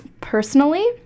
Personally